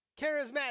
Charismatic